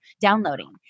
downloading